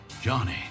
Johnny